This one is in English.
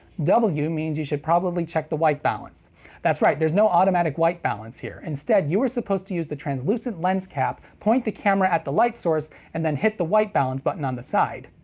w means you should probably check the white balance that's right there's no automatic white balance here! instead, you were supposed to use the translucent lens cap, point the camera at the light source, source, and then hit the white balance button on the side.